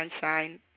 sunshine